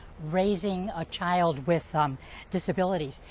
raising a child with um disabilities.